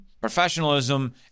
professionalism